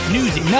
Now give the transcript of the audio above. Newsy